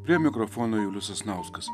prie mikrofono julius sasnauskas